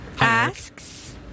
asks